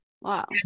Wow